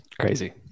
Crazy